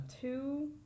two